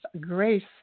grace